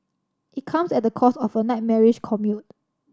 it comes at the cost of a nightmarish commute